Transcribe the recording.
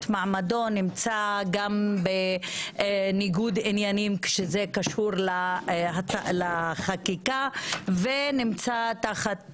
מעמדו נמצא גם בניגוד עניינים כשזה קשור לחקיקה ונמצא תחת